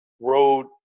road